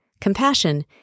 compassion